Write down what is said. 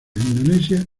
indonesia